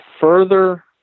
further